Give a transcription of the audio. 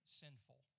sinful